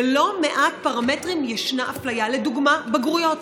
בלא מעט פרמטרים ישנה אפליה, לדוגמה, בגרויות.